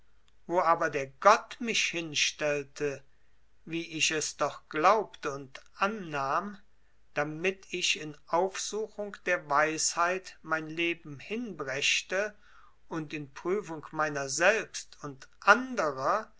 wo aber der gott mich hinstellte wie ich es doch glaubte und annahm damit ich in aufsuchung der weisheit mein leben hinbrächte und in prüfung meiner selbst und anderer